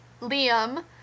Liam